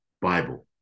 Bible